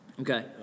okay